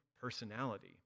personality